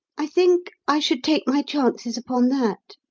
i think i should take my chances upon that.